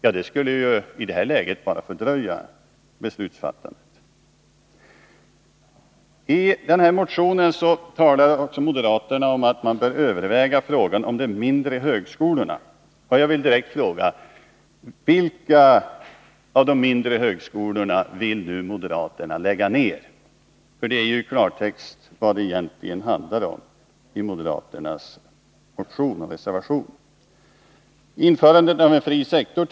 Detta skulle dock i det här läget bara fördröja beslutsfattandet: I sin motion talar moderaterna också om att man bör överväga spörsmålen om de mindre högskolorna. Jag vill direkt fråga: Vilka av de mindre högskolorna vill moderaterna nu lägga ner? Det är ju i klartext detta som det egentligen handlar om i moderaternas motion och i deras reservation. Det talas vidare om införandet av en fri sektor.